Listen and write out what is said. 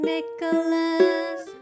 Nicholas